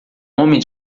homem